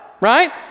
right